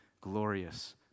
glorious